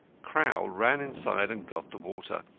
crowl ran inside and got the water,